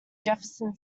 jefferson